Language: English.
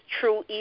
true